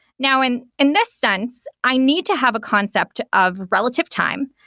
now, in in this sense, i need to have a concept of relative time,